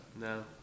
no